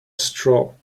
straw